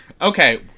Okay